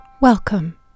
Welcome